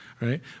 right